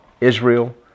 Israel